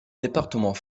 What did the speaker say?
département